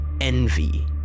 envy